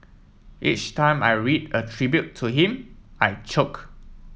each time I read a tribute to him I choke